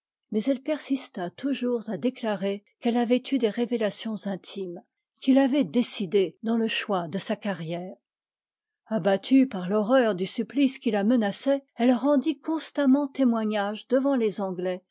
mais elle persista toujours à déclarer qu'elle avait eu des révélations intimes qui l'avaient décidée dans le choix de sa carrière abattue par l'horreur du supplice qui la menaçait elle rendit constamment témoignage devant les anglais